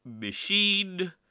machine